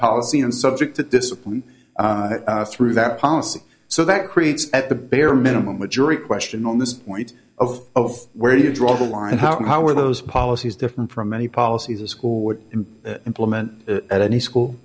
policy and subject to discipline through that policy so that creates at the bare minimum a jury question on this point of where do you draw the line and how and how are those policies different from any policy the school would implement at any school